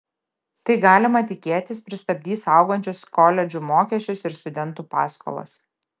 tai galima tikėtis pristabdys augančius koledžų mokesčius ir studentų paskolas